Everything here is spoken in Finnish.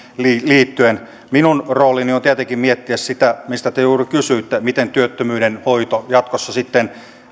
liittyen minun roolini on tietenkin miettiä sitä mistä te juuri kysyitte miten työttömyyden hoito jatkossa sitten